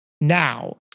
now